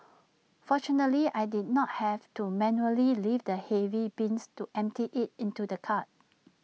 fortunately I did not have to manually lift the heavy bins to empty IT into the cart